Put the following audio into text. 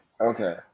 Okay